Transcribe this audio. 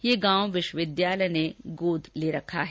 ये गांव विश्वविद्याालय ने गोद ले रखा है